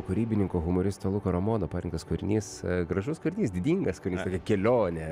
kūrybininko humoristo luko ramono parinktas kūrinys gražus kūrinys didingas kūrinys tokia kelionė